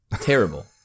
terrible